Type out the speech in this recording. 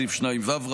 סעיף 2ו,